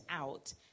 out